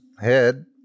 head